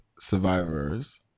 survivors